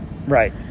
Right